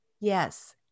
Yes